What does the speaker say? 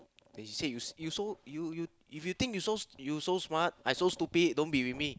they say you you so you think you so smart I so stupid don't be with me